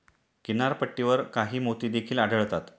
किनारपट्टीवर काही मोती देखील आढळतात